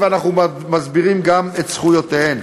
ואנחנו מסבירים גם את זכויותיהם,